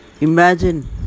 Imagine